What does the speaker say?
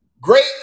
Great